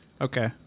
Okay